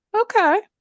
okay